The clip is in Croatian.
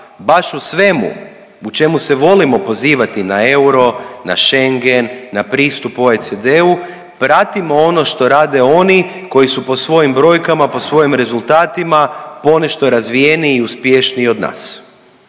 baš u svemu u čemu se volimo pozivati na euro, na Schengen, na pristup OECD-u pratimo ono što rade oni koji su po svojim brojkama, po svojim rezultatima ponešto razvijeniji i uspješniji od nas.